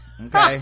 Okay